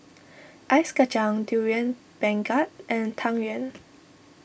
Ice Kachang Durian Pengat and Tang Yuen